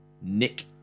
Nick